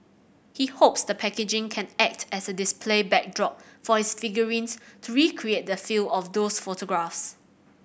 he hopes the packaging can act as a display backdrop for his figurines to recreate the feel of those photographs